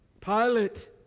Pilate